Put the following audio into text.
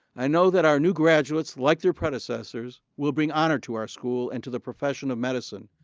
i know that our new graduates, like their predecessors, will bring honor to our school and to the profession of medicine.